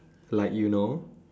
like you know